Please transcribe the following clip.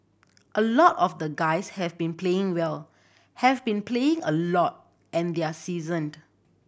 a lot of the guys have been playing well have been playing a lot and they're seasoned